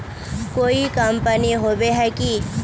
कोई कंपनी होबे है की?